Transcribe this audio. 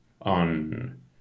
on